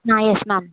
yes ma'am